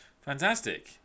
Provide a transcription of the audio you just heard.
Fantastic